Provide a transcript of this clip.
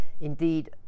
Indeed